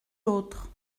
l’autre